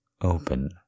open